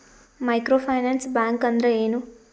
Micro finance bank ಅಂದ್ರ ಏನು?